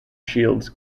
shields